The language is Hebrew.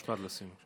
משפט לסיום.